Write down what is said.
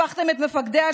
הפכתם את מפקדיה,